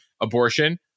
abortion